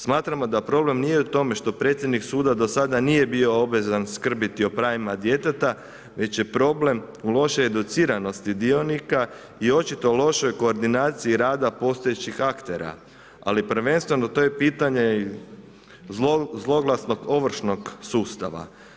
Smatramo da problem nije u tome što predsjednik suda do sada nije bio obvezan skrbiti o pravima djeteta već je problem u lošoj educiranosti dionika i očito lošoj koordinaciji rada postojećih aktera, ali prvenstveno to je pitanje i zloglasnog ovršnog sustava.